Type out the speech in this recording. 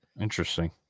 interesting